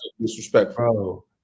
disrespectful